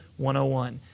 101